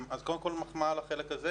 אז, קודם כול, מחמאה על החלק הזה.